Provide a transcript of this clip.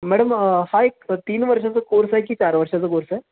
madam हा एक तीन वर्षाचा कोर्स आहे की चार वर्षाचा कोर्स आहे